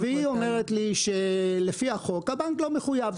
היא אמרה לי שלפי החוק הבנק לא מחויב.